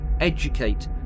educate